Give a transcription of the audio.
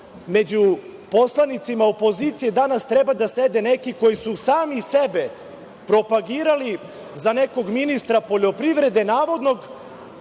među poslanicima opozicije, danas treba da sede neki koji su sami sebe propagirali za nekog ministra poljoprivrede, navodno,